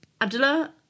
Abdullah